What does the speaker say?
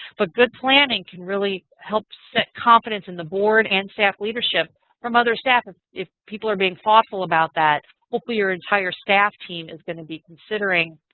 but good planning can really help set confidence in the board and staff leadership from other staff if if people are being thoughtful about that. hopefully your entire staff team is going to be considering,